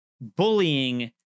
bullying